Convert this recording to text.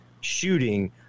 shooting